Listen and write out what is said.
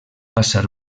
passar